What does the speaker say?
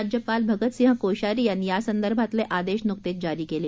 राज्यपाल भगतसिंह कोश्यारी यांनी यासंदर्भातले आदेश नुकतेच जारी केले